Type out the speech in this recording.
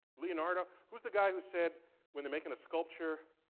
leonardo? who's the guy who said when they're making a sculpture?